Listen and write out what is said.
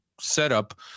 setup